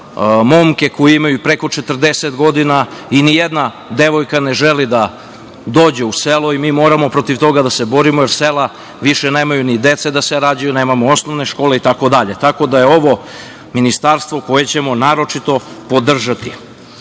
momke koji imaju preko 40 godina i ni jedna devojka ne želi da dođe u selo i mi moramo protiv toga da se borimo, jer sela više nemaju ni dece da se rađaju, nemamo osnovne škole i tako dalje. Tako da je ovo ministarstvo koje ćemo naročito podržati. Kad